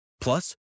Plus